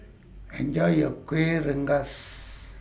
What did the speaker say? Enjoy your Kueh Rengas